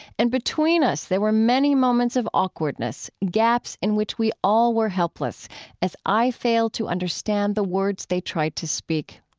and between us there were many moments of awkwardness, gaps in which we all were helpless as i failed to understand the words they tried to speak.